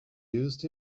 used